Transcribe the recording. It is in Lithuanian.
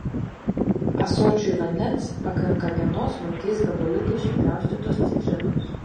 ąsočiui vandens pakanka vienos smulkiais gabaliukais supjaustytos citrinos